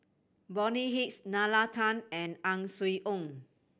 Bonny Hicks Nalla Tan and Ang Swee Aun